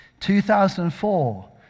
2004